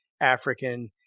African